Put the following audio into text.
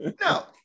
No